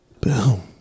boom